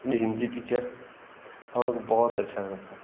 ये हिन्दी पिच्चर हम लोग के बहुत अच्छे रहते थे